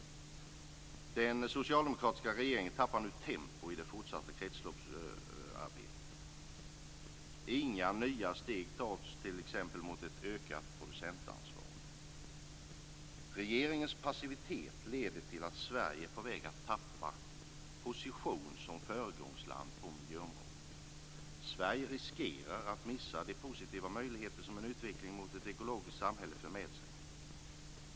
Den socialdemokratiska regeringen tappar nu tempo i det fortsatta kretsloppsarbetet. Inga nya steg tas t.ex. mot ett ökat producentansvar. Regeringens passivitet leder till att Sverige är på väg att tappa position som föregångsland på miljöområdet. Sverige riskerar att missa de positiva möjligheter som en utveckling mot ett ekologiskt samhälle för med sig.